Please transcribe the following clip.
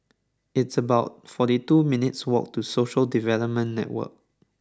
it's about forty two minutes' walk to Social Development Network